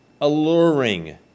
alluring